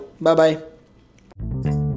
Bye-bye